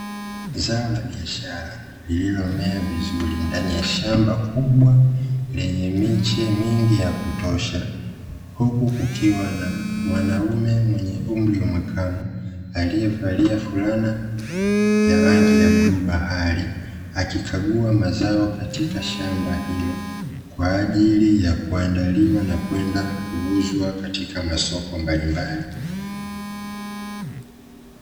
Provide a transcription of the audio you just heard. Zao la biashara lililomea vizuri ndani ya shamba kubwa lenye miche mingi ya kutosha, huku kukiwa na mwanaume mwenye umri wa makamo; aliyevalia fulana ya rangi ya bluu bahari, akikagua mazao katika shamba hilo, kwa ajili ya kuandaliwa na kwenda kuuzwa katika masoko mbalimbali.